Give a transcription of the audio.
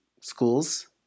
schools